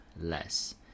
less